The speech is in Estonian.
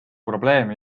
probleeme